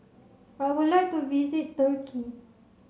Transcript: I would like to visit Turkey